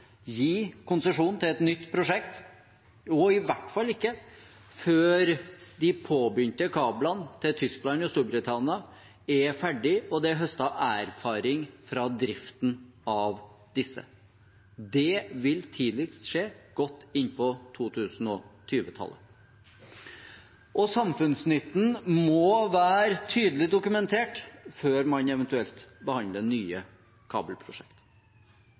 gi konsesjon til et nytt prosjekt, og i hvert fall ikke før de påbegynte kablene til Tyskland og Storbritannia er ferdig og det er høstet erfaring fra driften av disse. Det vil tidligst skje godt inn i 2020-tallet. Samfunnsnytten må være tydelig dokumentert før man eventuelt behandler nye